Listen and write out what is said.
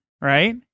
right